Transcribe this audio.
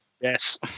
yes